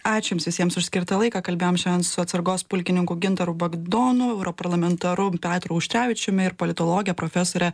ačiū jums visiems už skirtą laiką kalbėjom šian su atsargos pulkininku gintaru bagdonu europarlamentaru petru auštrevičiumi ir politologe profesore